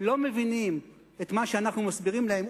לא מבינים את מה שאנחנו מסבירים להם,